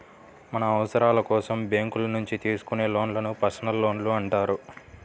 మన అవసరాల కోసం బ్యేంకుల నుంచి తీసుకునే లోన్లను పర్సనల్ లోన్లు అంటారు